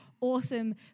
awesome